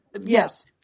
Yes